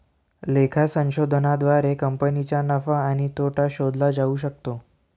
लेखा संशोधनाद्वारे कंपनीचा नफा आणि तोटा शोधला जाऊ शकतो